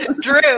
Drew